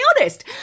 honest